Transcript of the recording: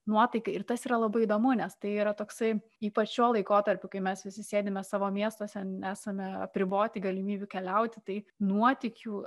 nuotaiką ir tas yra labai įdomu nes tai yra toksai ypač šiuo laikotarpiu kai mes visi sėdime savo miestuose nesame apriboti galimybių keliauti taip nuotykių